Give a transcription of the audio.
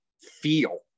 feel